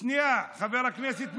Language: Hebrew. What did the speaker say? שנייה, חבר הכנסת מרגי.